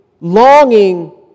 longing